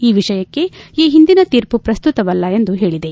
ಈ ವಿಷಯಕ್ಕೆ ಈ ಹಿಂದಿನ ತೀರ್ಮ ಪ್ರಸ್ತುತವಲ್ಲ ಎಂದು ಹೇಳಿದೆ